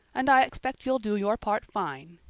and i expect you'll do your part fine,